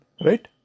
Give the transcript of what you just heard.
right